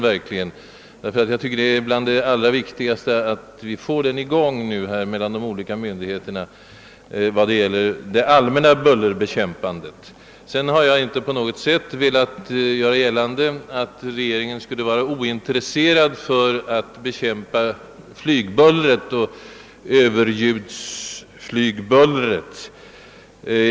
Det är ytterst viktigt att denna samordning omfattar även de bullerbekämpande åtgärderna och verkligen snarast kommer i gång mellan de olika myndigheterna. Jag har inte på något sätt velat göra gällande att regeringen skulle vara ointresserad av att bekämpa flygbuller eller överljudsflygbuller.